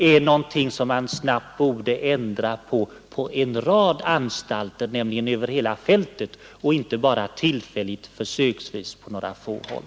Det är sådant som snabbt borde kunna ändras vid en rad anstalter över hela fältet och inte bara försöksvis på några få håll.